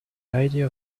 idea